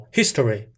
History